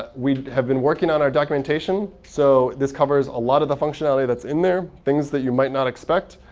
ah we have been working on our documentation. so this covers a lot of the functionality that's in there, things that you might not expect.